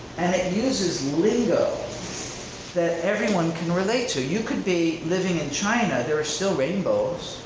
and it uses lingo that everyone can relate to. you could be living in china, there are still rainbows.